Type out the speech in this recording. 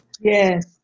Yes